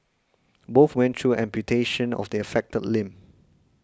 both went through amputation of the affected limb